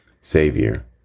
Savior